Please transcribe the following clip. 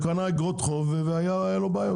הוא קנה אגרות חוב והיו לו בעיות.